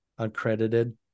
uncredited